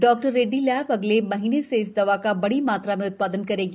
डॉ रेड्डी लैब अगले महीने से इस दवा का बड़ी मात्रा में उत्पादन करेगी